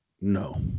no